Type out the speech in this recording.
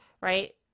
right